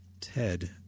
Ted